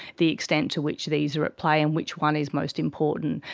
the extent to which these are at play and which one is most important,